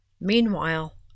meanwhile